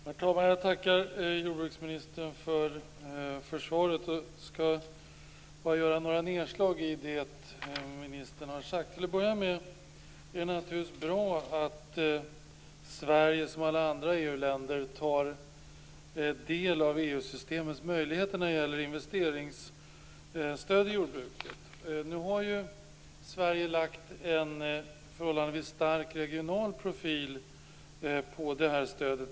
Herr talman! Jag tackar jordbruksministern för svaret och skall bara göra några nedslag i det som jordbruksministern har sagt. Till att börja med är det naturligtvis bra att Sverige som alla andra EU-länder tar del av EU-systemets möjligheter när det gäller investeringsstöd i jordbruket. Nu har ju Sverige lagt en förhållandevis stark regional profil på stödet.